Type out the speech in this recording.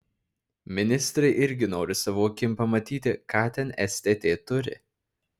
ministrai irgi nori savo akim pamatyti ką ten stt turi